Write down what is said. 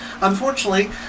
Unfortunately